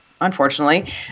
unfortunately